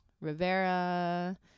Rivera